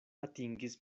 atingis